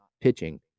pitching